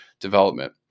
development